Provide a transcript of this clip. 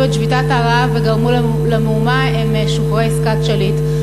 את שביתת הרעב וגרמו למהומה הם משוחררי עסקת שליט.